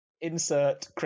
Insert